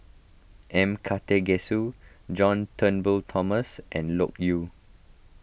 M Karthigesu John Turnbull Thomson and Loke Yew